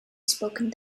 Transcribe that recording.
spoken